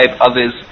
others